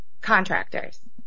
contractors